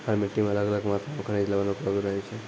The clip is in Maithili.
हर मिट्टी मॅ अलग अलग मात्रा मॅ खनिज लवण उपलब्ध रहै छै